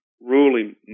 Ruling